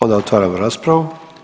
Onda otvaram raspravu.